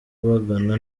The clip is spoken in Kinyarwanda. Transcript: bagana